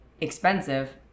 expensive